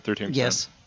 Yes